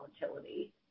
volatility